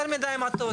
יותר מידי מטות.